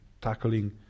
tackling